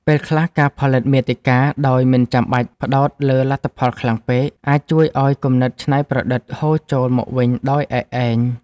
ពេលខ្លះ ការផលិតមាតិកាដោយមិនចាំបាច់ផ្ដោតលើលទ្ធផលខ្លាំងពេក អាចជួយឱ្យគំនិតច្នៃប្រឌិតហូរចូលមកវិញដោយឯកឯង។